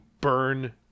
burn